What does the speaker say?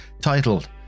titled